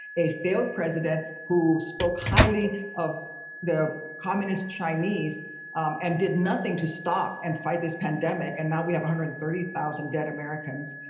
a failed president who spoke highly of the communist chinese and did nothing to stop and fight this pandemic. and now we have one hundred and thirty thousand dead americans.